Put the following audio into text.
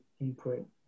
input